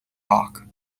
hawk